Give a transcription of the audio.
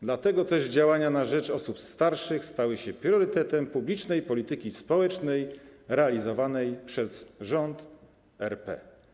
Dlatego też działania na rzecz osób starszych stały się priorytetem publicznej polityki społecznej realizowanej przez rząd RP.